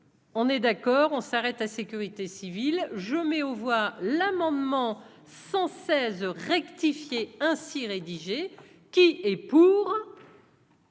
On est d'accord, on s'arrête à sécurité civile je mets aux voix l'amendement 116 rectifier ainsi rédigé : qui est pour.